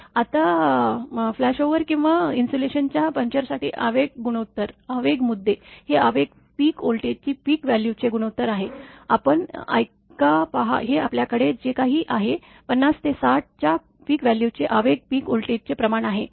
आता फ्लॅशओव्हर किंवा इन्सुलेशनच्या पंचरसाठी आवेग गुणोत्तर आवेग मुद्दे हे आवेग पीक व्होल्टेजचे पीक व्हॅल्यूचे गुणोत्तर आहे आपण ऐका पहा हे आपल्याकडे जे काही आहे 50 ते 60 च्या पीक व्हॅल्यूजचे आवेग पीक व्होल्टेजचे प्रमाण आहे